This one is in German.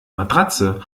matratze